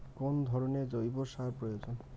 কোন ধরণের জৈব সার প্রয়োজন?